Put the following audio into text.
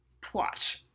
plot